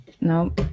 no